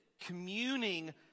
communing